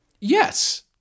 Yes